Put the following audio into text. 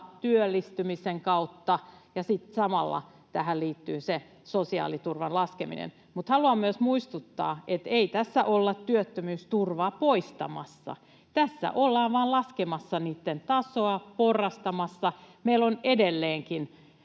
työllistymisen kautta, ja sitten samalla tähän liittyy sosiaaliturvan laskeminen. Haluan myös muistuttaa, että ei tässä olla työttömyysturvaa poistamassa. Tässä ollaan vaan laskemassa sen tasoa, porrastamassa. Meillä on edelleenkin